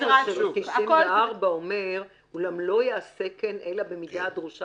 סעיף 94 אומר: "אולם לא יעשה כן אלא במידה הדרושה